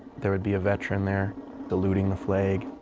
there would be a veteran there saluting the flag.